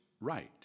right